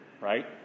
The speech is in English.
right